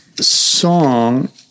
song